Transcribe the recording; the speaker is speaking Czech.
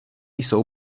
jsou